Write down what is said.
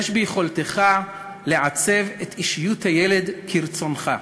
יש ביכולתך לעצב את אישיות הילד כרצונך,